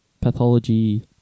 pathology